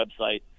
website